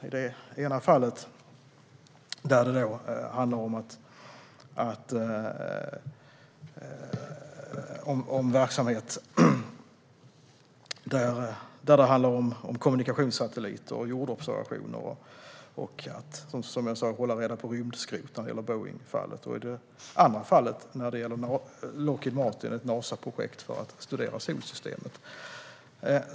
I det ena fallet handlar det om kommunikationssatelliter och jordobservationer. I Boeingfallet handlar det om att hålla reda på rymdskrot. I det andra fallet med Lockheed Martin är det fråga om ett Nasaprojekt för att studera solsystemet.